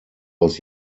aus